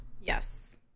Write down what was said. Yes